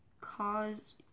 cause